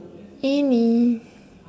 any